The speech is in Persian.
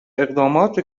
اقدامات